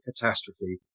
catastrophe